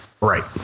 Right